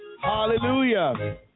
Hallelujah